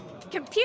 Computer